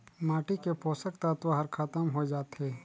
माटी के पोसक तत्व हर खतम होए जाथे